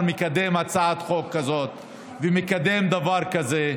מקדם הצעת חוק כזאת ומקדם דבר כזה.